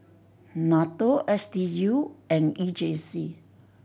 NATO S D U and E J C